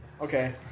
Okay